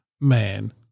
man